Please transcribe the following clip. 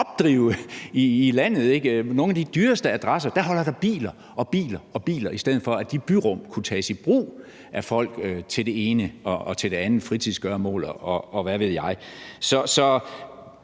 kan opdrive i landet. På nogle af de dyreste adresser holder der biler, biler og biler, i stedet for at de byrum kunne tages i brug af folk til det ene og til det andet – fritidsgøremål, og hvad ved jeg.